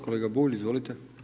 Kolega Bulj, izvolite.